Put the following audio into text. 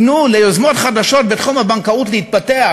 תנו ליוזמות חדשות בתחום הבנקאות להתפתח,